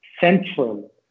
central